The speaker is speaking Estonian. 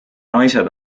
naised